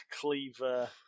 cleaver